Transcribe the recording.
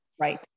Right